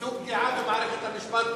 זו פגיעה במערכת המשפט כולה.